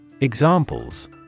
Examples